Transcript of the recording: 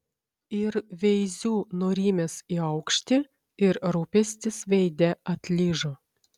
ir veiziu nurimęs į aukštį ir rūpestis veide atlyžo